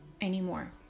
anymore